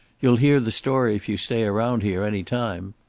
you'll hear the story if you stay around here any time.